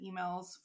emails